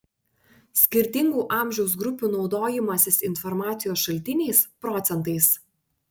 skirtingų amžiaus grupių naudojimasis informacijos šaltiniais procentais